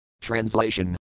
Translation